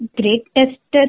greatest